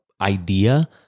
idea